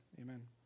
amen